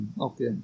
Okay